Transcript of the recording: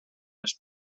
les